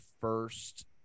first